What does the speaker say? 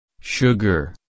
Sugar